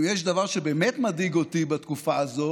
אם יש דבר שבאמת מדאיג אותי בתקופה הזאת